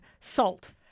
salt